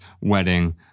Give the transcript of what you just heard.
wedding